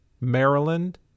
Maryland